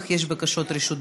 אך יש בקשות רשות דיבור.